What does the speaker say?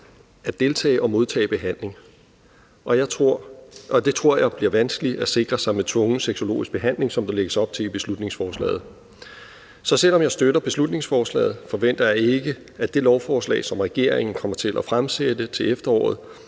at deltage i og modtage behandling, og det tror jeg bliver vanskeligt at sikre sig med tvungen sexologisk behandling, som der lægges op til i beslutningsforslaget. Så selv om jeg støtter beslutningsforslaget, forventer jeg ikke, at det lovforslag, som regeringen kommer til at fremsætte til efteråret,